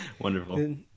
Wonderful